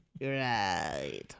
Right